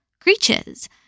creatures